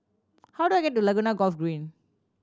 how do I get to Laguna Golf Green